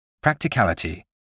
practicality